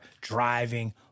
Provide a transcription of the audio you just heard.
driving